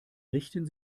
richten